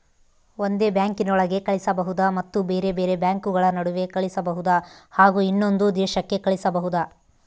ಒಂದೇ ಬ್ಯಾಂಕಿನೊಳಗೆ ಕಳಿಸಬಹುದಾ ಮತ್ತು ಬೇರೆ ಬೇರೆ ಬ್ಯಾಂಕುಗಳ ನಡುವೆ ಕಳಿಸಬಹುದಾ ಹಾಗೂ ಇನ್ನೊಂದು ದೇಶಕ್ಕೆ ಕಳಿಸಬಹುದಾ?